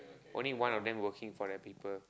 only one of them working for their people